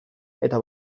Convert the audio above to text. eta